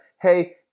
hey